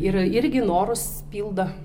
ir irgi norus pildo